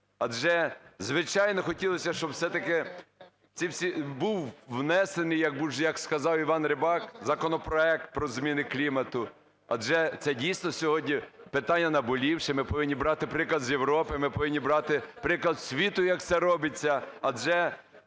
Адже, звичайно, хотілося, щоб все-таки ці всі… був внесений, як сказав Іван Рибак, законопроект про зміни клімату. Адже це, дійсно, сьогодні питання наболівше, ми повинні брати приклад з Європи, ми повинні брати приклад з світу, як це робиться. Адже,